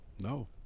No